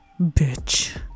Bitch